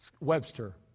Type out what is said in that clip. Webster